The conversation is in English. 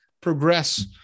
progress